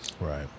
Right